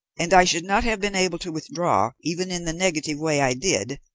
and i should not have been able to withdraw, even in the negative way i did,